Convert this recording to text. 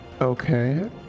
Okay